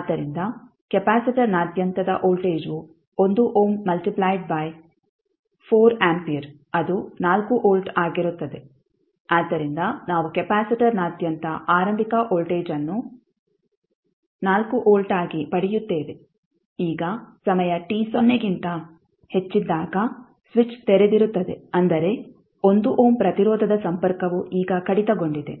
ಆದ್ದರಿಂದ ಕೆಪಾಸಿಟರ್ನಾದ್ಯಂತದ ವೋಲ್ಟೇಜ್ವು 1 ಓಮ್ ಮಲ್ಟಿಪ್ಲಾಯಿಡ್ ಬೈ 4 ಆಂಪಿಯರ್ ಅದು 4 ವೋಲ್ಟ್ ಆಗಿರುತ್ತದೆ ಆದ್ದರಿಂದ ನಾವು ಕೆಪಾಸಿಟರ್ನಾದ್ಯಂತ ಆರಂಭಿಕ ವೋಲ್ಟೇಜ್ ಅನ್ನು 4 ವೋಲ್ಟ್ ಆಗಿ ಪಡೆಯುತ್ತೇವೆ ಈಗ ಸಮಯ t ಸೊನ್ನೆಗಿಂತ ಹೆಚ್ಚಿದ್ದಾಗ ಸ್ವಿಚ್ ತೆರೆದಿರುತ್ತದೆ ಅಂದರೆ 1 ಓಮ್ ಪ್ರತಿರೋಧದ ಸಂಪರ್ಕವು ಈಗ ಕಡಿತಗೊಂಡಿದೆ